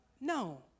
No